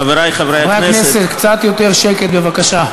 חברי חברי הכנסת, חברי הכנסת, קצת יותר שקט בבקשה.